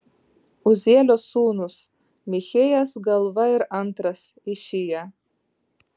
uzielio sūnūs michėjas galva ir antras išija